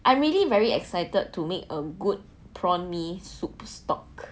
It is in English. I really very excited to make a good prawn mee soup stock